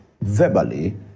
verbally